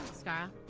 scarra